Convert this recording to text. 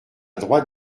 droite